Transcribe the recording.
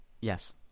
Yes